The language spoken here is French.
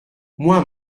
moi